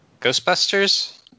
Ghostbusters